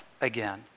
again